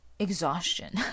Exhaustion